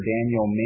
Daniel